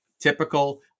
Typical